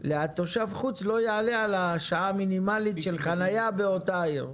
תושב חוץ לא יעלה על השעה המינימלית של חנייה באותה עיר.